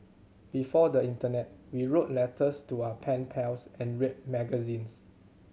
before the internet we wrote letters to our pen pals and read magazines